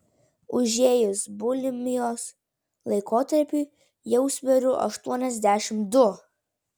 užėjus bulimijos laikotarpiui jau sveriu aštuoniasdešimt du